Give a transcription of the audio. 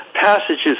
passages